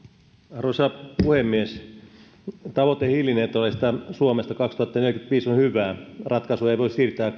arvoisa puhemies tavoite hiilineutraalista suomesta kaksituhattaneljäkymmentäviisi on hyvä ratkaisua ei voi siirtää